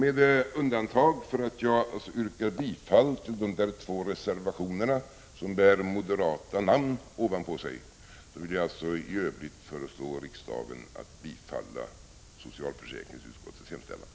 Med undantag för att jag yrkar bifall till de två reservationerna med moderata namn vill jag i övrigt föreslå riksdagen att bifalla socialförsäkringsutskottets hemställan.